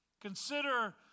Consider